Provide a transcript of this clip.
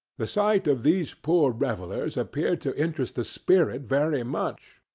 the sight of these poor revellers appeared to interest the spirit very much,